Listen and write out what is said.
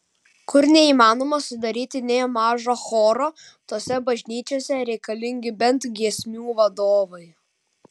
kur neįmanoma sudaryti nė mažo choro tose bažnyčiose reikalingi bent giesmių vadovai